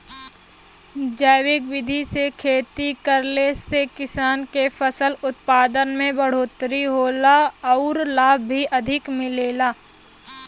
जैविक विधि से खेती करले से किसान के फसल उत्पादन में बढ़ोतरी होला आउर लाभ भी अधिक मिलेला